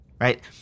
right